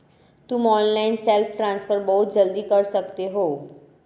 तुम online self transfer बहुत जल्दी कर सकते हो